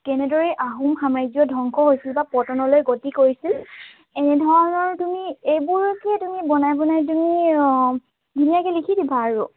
কেনেদৰে আহোম সাম্ৰাজ্য ধ্বংশ হ'ল বা পতনলৈ গতি কৰিছিল এনেধৰণৰ তুমি এইবোৰকে তুমি বনাই বনাই তুমি ধুনীয়াকৈ লিখি দিবা আৰু